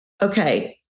Okay